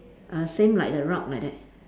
err same like the rock like that